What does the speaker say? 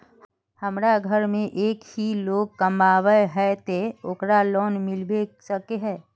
हमरा घर में एक ही लोग कमाबै है ते ओकरा लोन मिलबे सके है?